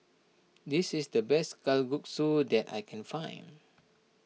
this is the best Kalguksu that I can find